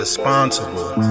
Responsible